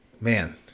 Man